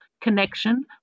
connection